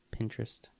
Pinterest